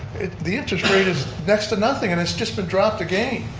the interest rate is next to nothing and it's just been dropped again.